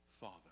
Father